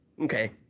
Okay